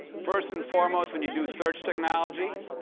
first and foremost, when you do search technology,